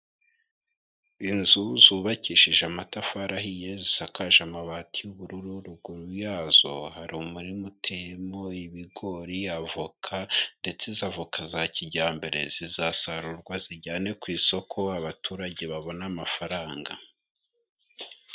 Inzu zubakishije amatafari ahiye zisakaje amabati y'ubururu, ruguru yazo hari umurima uteyemo ibigori, avoka ndetse izo avoka za kijyambere zizasarurwa zijyanwe ku isoko abaturage babone amafaranga.